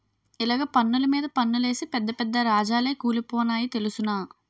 ఇలగ పన్నులు మీద పన్నులేసి పెద్ద పెద్ద రాజాలే కూలిపోనాయి తెలుసునా